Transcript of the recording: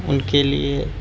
ان کے لیے